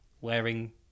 wearing